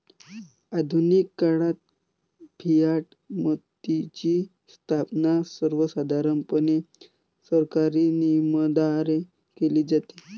आधुनिक काळात फियाट मनीची स्थापना सर्वसाधारणपणे सरकारी नियमनाद्वारे केली जाते